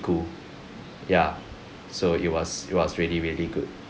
ya so it was it was really really good